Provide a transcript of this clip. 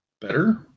better